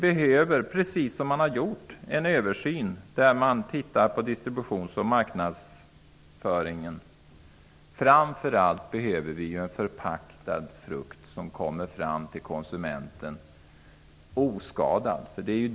Det krävs en översyn, där man studerar distributionen och marknadsföringen. Framför allt behöver vi en förpackad frukt, som kommer fram till konsumenten oskadad.